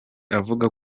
avuga